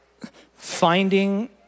finding